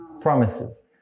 promises